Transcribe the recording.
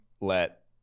let